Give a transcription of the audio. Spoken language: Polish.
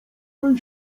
bez